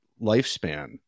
lifespan